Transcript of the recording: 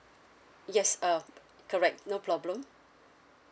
yes uh correct no problem